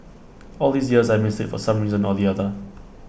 all these years I missed IT for some reason or the other